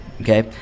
Okay